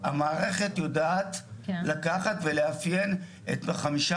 המערכת יודעת לקחת ולאפיין את החמישה